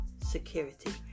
security